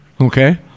Okay